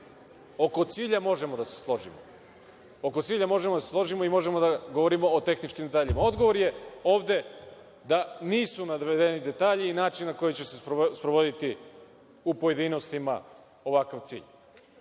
u rešenje tog problema. Oko cilja možemo da se složimo i možemo da govorimo o tehničkim detaljima. Odgovor ovde je da nisu navedeni detalji i način na koji će se sprovoditi u pojedinostima ovakav cilj,